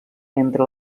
entre